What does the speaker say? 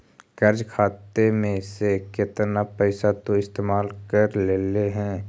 कर्ज खाता में से केतना पैसा तु इस्तेमाल कर लेले हे